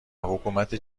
حکومت